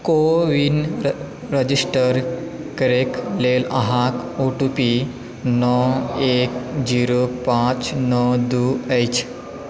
CoWIN register करै लेल अहाँके ओ टी पी नओ एक जीरो पाँच नओ दू अछि